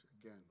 again